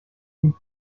been